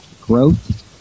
growth